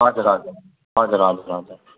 हजुर हजुर हजुर हजुर हजुर